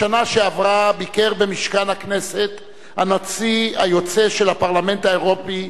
בשנה שעברה ביקר במשכן הכנסת הנשיא היוצא של הפרלמנט האירופי,